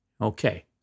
Okay